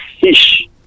fish